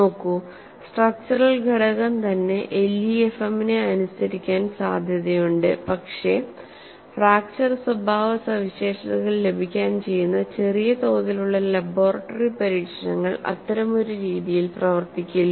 നോക്കൂ സ്ട്രക്ച്ചറൽ ഘടകം തന്നെ LEFM നെ അനുസരിക്കാൻ സാധ്യതയുണ്ട് പക്ഷേ ഫ്രാക്ച്ചർ സ്വഭാവസവിശേഷതകൾ ലഭിക്കാൻ ചെയ്യുന്ന ചെറിയ തോതിൽ ഉള്ള ലബോറട്ടറി പരീക്ഷണങ്ങൾ അത്തരമൊരു രീതിയിൽ പ്രവർത്തിക്കില്ല